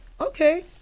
Okay